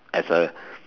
as a